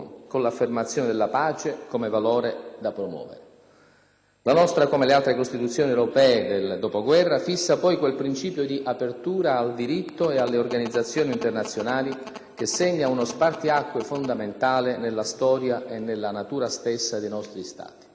La nostra, come le altre Costituzioni europee del dopoguerra, fissa poi quel principio di apertura al diritto e alle organizzazioni internazionali che segna uno spartiacque fondamentale nella storia e nella natura stessa dei nostri Stati.